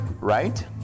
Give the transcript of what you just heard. right